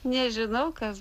nežinau kas